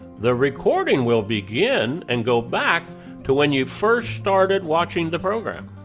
the recording will begin and go back to when you first started watching the program.